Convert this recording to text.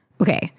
Okay